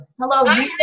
hello